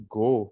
go